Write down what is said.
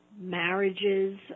marriages